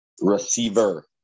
receiver